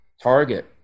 target